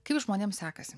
kaip žmonėms sekasi